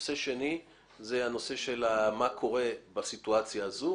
נושא שני הוא הנושא של מה קורה בסיטואציה הזאת.